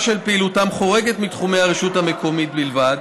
של פעילותם חורגת מתחומי הרשות המקומית בלבד,